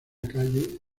calle